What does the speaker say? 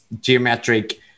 Geometric